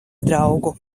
draugu